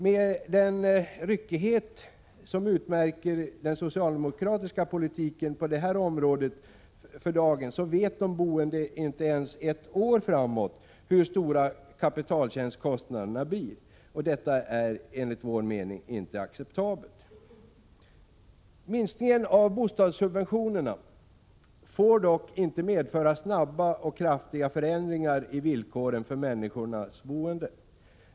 Med den ryckighet som 14 maj 1987 utmärker den socialdemokratiska politiken på detta område för dagen vet de boende inte ens ett år framåt hur stora kapitalkostnaderna blir. Detta är enligt vår mening inte acceptabelt. Minskningen av bostadssubventionerna får dock inte medföra snabba och kraftiga förändringar i villkoren för människors boende.